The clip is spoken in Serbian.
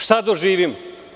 Šta doživimo?